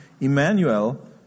Emmanuel